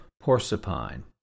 Porcupine